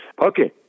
okay